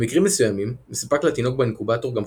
במחלקה נשמרים חלק מהתינוקות באינקובטורים,